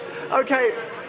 Okay